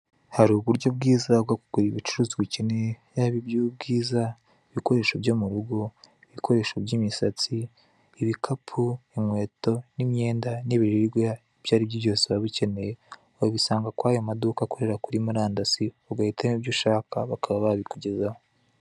Hari uburyo bwiza bwo kugura ibicuruzwa ukeneye yaba iby'ubwiza, ibikoresho byo mu rugo, ibikoresho by'imisatsi, ibikapu, inkweto, n'imyenda n'ibiribwa ibyaribyo byose waba ukeneye, wabisanga kuri aya maduka akorera kuri murandasi, ugahitamo ibyo ushaka bakaba babikugezaho.